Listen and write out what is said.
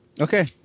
Okay